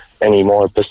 anymore